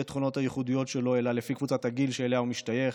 התכונות הייחודיות שלו אלא לפי קבוצת הגיל שאליה הוא משתייך,